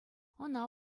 ӑна